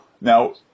Now